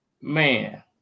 man